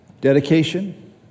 Dedication